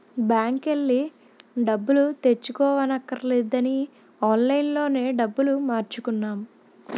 బాంకెల్లి డబ్బులు తెచ్చుకోవక్కర్లేదని ఆన్లైన్ లోనే డబ్బులు మార్చుకున్నాం